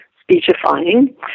speechifying